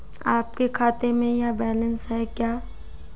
आपके खाते में यह बैलेंस है क्या?